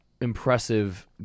impressive